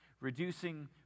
reducing